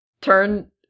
turn